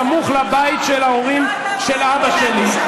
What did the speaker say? סמוך לבית של ההורים של אבא שלי.